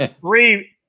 three